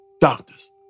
doctors